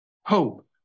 hope